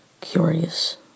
curious